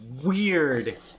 weird